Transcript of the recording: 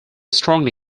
strongly